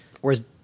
Whereas